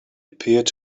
appeared